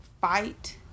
fight